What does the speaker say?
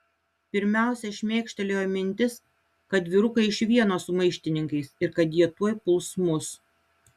pirmiausia šmėkštelėjo mintis kad vyrukai iš vieno su maištininkais ir kad jie tuoj puls mus